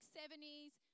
70s